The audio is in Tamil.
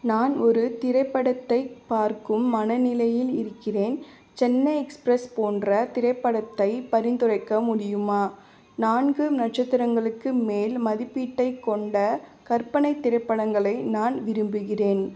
நான் ஒரு திரைப்படத்தை பார்க்கும் மனநிலையில் இருக்கிறேன் சென்னை எக்ஸ்ப்ரஸ் போன்ற திரைப்படத்தை பரிந்துரைக்க முடியுமா நான்கு நட்சத்திரங்களுக்கு மேல் மதிப்பீட்டைக் கொண்ட கற்பனை திரைப்படங்களை நான் விரும்புகிறேன்